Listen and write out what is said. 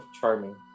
charming